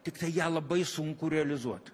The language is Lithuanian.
tiktai ją labai sunku realizuot